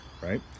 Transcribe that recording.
right